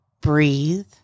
breathe